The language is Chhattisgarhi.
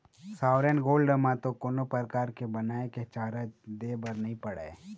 सॉवरेन गोल्ड म तो कोनो परकार के बनाए के चारज दे बर नइ पड़य